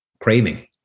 craving